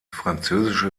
französische